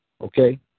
okay